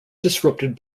disrupted